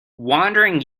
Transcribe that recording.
wandering